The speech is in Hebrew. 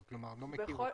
אני לא מכיר אותו.